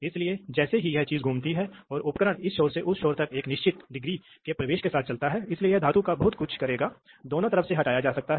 इसलिए यह प्रतीक दिखाया गया है और जब पायलट दबाव लागू होता है तो यह नीचे चला जाता है इसलिए प्रवाह सरल दो तरफा वाल्व होता है